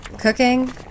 Cooking